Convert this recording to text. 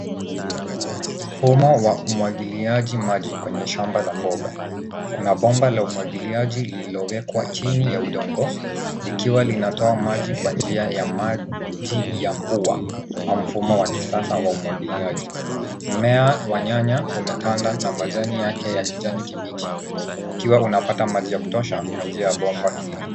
Mfumo wa umwagiliaji maji kwenye shamba la mboga. Kuna bomba la umwagiliaji lililowekwa chini ya udongo likiwa linatoa maji kwa njia ya maji ya mvua au mfumo wa kisasa wa umwagiliaji. Mmea wa nyanya umetanda na majani yake ya kijani kibichi ukiwa unapata maji ya kutosha kwa njia ya bomba hili.